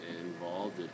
involved